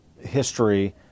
history